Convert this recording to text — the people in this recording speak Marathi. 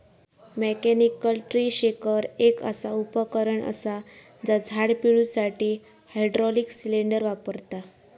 मॅकॅनिकल ट्री शेकर एक असा उपकरण असा जा झाड पिळुसाठी हायड्रॉलिक सिलेंडर वापरता